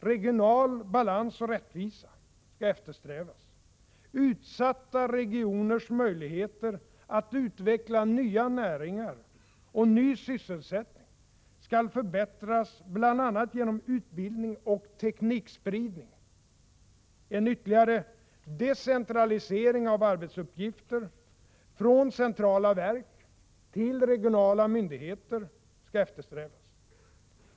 Regional balans och rättvisa skall eftersträvas. Utsatta regioners möjligheter att utveckla nya näringar och ny sysselsättning skall förbättras bl.a. genom utbildning och teknikspridning. En ytterligare decentralisering av arbetsuppgifter från centrala verk till regionala myndigheter skall eftersträvas.